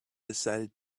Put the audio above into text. decided